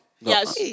Yes